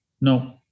no